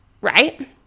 Right